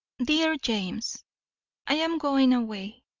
dear james i am going away.